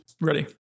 Ready